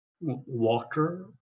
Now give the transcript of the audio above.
water